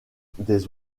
des